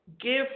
give